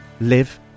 live